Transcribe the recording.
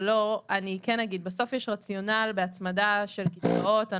בסוף יש רציונל בהצמדה של קצבאות.